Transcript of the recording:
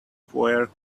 foyer